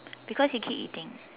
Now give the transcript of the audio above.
because you keep eating